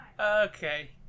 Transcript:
Okay